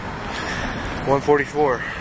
144